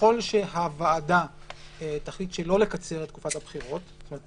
ככל שהוועדה תחליט שלא לקצר את תקופת הבחירות יכול להיות